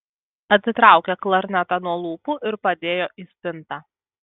atitraukė klarnetą nuo lūpų ir padėjo į spintą